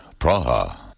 Praha